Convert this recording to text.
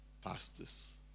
pastors